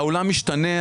העולם משתנה,